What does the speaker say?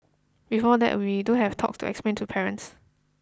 before that we do have talks to explain to parents